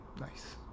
Nice